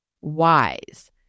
wise